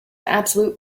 absolute